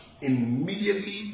Immediately